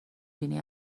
بینی